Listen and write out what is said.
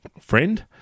friend